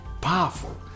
powerful